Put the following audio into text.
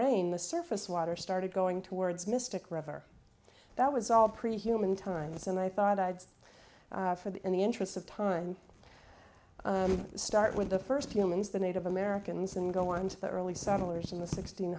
rain the surface water started going towards mystic river that was all pre human times and i thought i'd say for the in the interests of time start with the first humans the native americans and go on to the early settlers in the sixteen